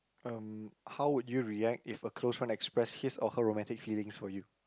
um how would you react if a close friend express his or her romantic feelings for you